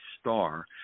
star